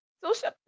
social